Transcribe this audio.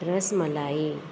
rasmalai